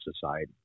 society